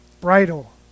bridle